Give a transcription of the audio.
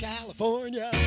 California